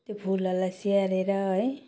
त्यो फुलहरूलाई स्याहारेर है